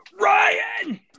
Ryan